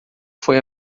foi